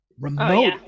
remote